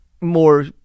more